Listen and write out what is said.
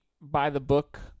by-the-book